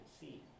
see